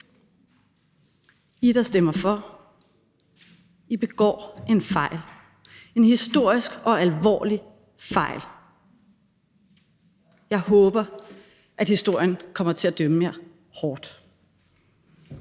I, der stemmer for, begår en fejl – en historisk og alvorlig fejl. Jeg håber, at historien kommer til at dømme jer hårdt.